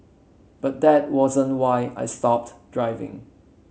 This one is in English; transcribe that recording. but that wasn't why I stopped driving